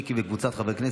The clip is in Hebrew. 2023,